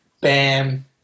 Bam